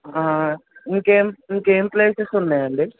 ఇంకేం ఇంకేం ప్లేసెస్ ఉన్నాయండి